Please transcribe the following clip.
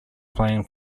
playing